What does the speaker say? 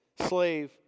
slave